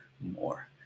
more